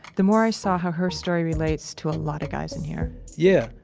the more i saw how her story relates to a lot of guys in here yeah,